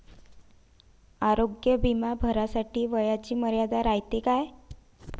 आरोग्य बिमा भरासाठी वयाची मर्यादा रायते काय?